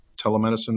telemedicine